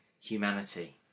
humanity